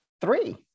Three